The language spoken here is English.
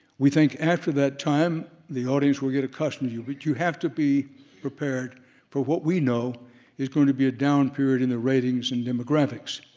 we think after that time, the audience will get accustomed but you have to be prepared for what we know is going to be a down period in the ratings and demographics.